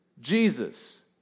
Jesus